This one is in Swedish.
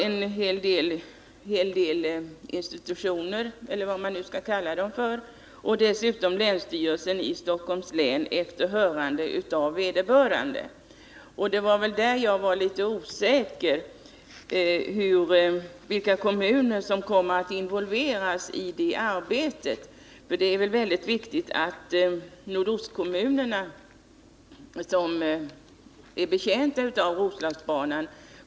En hel del institutioner eller vad man skall kalla dem, får yttra sig och dessutom tänsstyrelsen i Stockholms län efter hörande av ”vederbörande”. Jag är litet osäker på vilka kommuner som kommer att involveras i det arbetet. Det är mycket viktigt att nordostkommunerna, som är betjänta av Roslagsbanan.